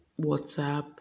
whatsapp